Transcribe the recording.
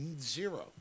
zero